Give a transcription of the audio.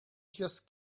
just